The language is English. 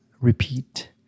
repeat